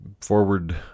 forward